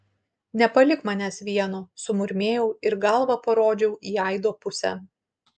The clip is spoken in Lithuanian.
nepalik manęs vieno sumurmėjau ir galva parodžiau į aido pusę